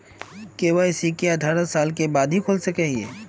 KYC की अठारह साल के बाद ही खोल सके हिये?